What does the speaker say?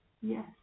Yes